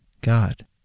God